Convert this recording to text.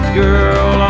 girl